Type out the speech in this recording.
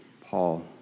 Paul